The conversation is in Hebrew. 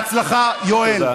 בהצלחה, יואל.